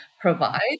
provide